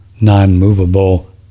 non-movable